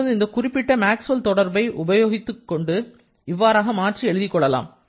இப்போது இந்த குறிப்பிட்ட மேக்ஸ்வெல் தொடர்பை உபயோகித்து இவ்வாறாக மாற்றி எழுதிக் கொள்ளலாம்